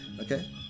Okay